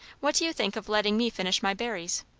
what do you think of letting me finish my berries?